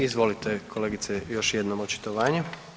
Izvolite kolegice još jednom očitovanje.